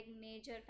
major